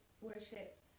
worship